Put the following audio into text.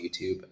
YouTube